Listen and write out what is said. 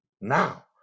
now